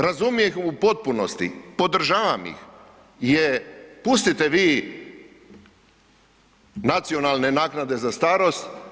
Razumijem ih u potpunosti, podržavam ih je, pustite vi nacionalne naknade za starost.